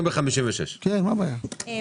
בעוד שלוש דקות נעבור לרביזיות של הבוקר